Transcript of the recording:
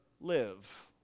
live